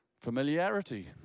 Familiarity